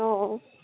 অঁ অঁ